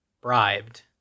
bribed